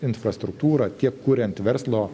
infrastruktūrą tiek kuriant verslo